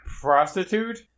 prostitute